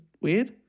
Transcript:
weird